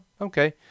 okay